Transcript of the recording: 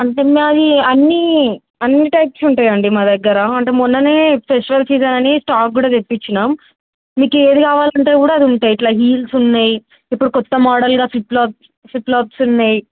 అంటే మాది అన్నీ అన్ని టైప్స్ ఉంటాయండి మా దగ్గర అంటే మొన్ననే ఫెస్టివల్ సీజన్ అని స్టాక్ కూడా తెప్పచ్చినాం మీకు ఏది కావాలంటే కూడా అది ఉంటాయి ఇట్లా హీల్స్ ఉన్నాయి ఇప్పుడు కొత్త మోడల్గా ఫప్ఫ్లాప్ ఫప్ఫ్లాప్స్ ఉన్నాయి